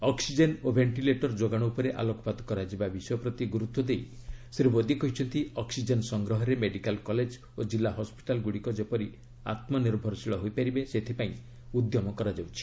oxygen ଓ ventilator ଯୋଗାଣ ଉପରେ ଆଲୋକପାତ କରାଯିବା ବିଷୟ ପ୍ରତି ଗୁରୁତ୍ୱ ଦେଇ ଶ୍ରୀ ମୋଦୀ କହିଛନ୍ତି ଅକ୍ୱିଜେନ୍ ସଂଗ୍ରହରେ ମେଡିକାଲ କଲେଜ ଓ କିଲ୍ଲା ହସ୍ୱିଟାଲଗୁଡ଼ିକ ଯେପରି ଆତ୍କନିର୍ଭରଶୀଳ ହୋଇପାରିବେ ସେଥିପାଇଁ ଉଦ୍ୟମ ଆରମ୍ଭ ହୋଇଯାଇଛି